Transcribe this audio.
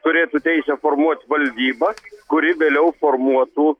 turėtų teisę formuot valdybą kuri vėliau formuotų